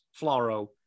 Floro